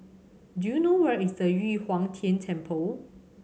do you know where is the Yu Huang Tian Temple